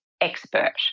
expert